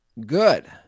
Good